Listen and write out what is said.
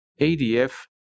ADF